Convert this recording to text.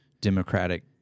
democratic